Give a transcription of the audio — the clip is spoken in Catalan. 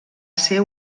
ser